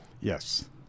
yes